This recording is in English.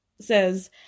says